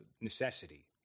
necessity